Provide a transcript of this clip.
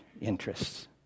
interests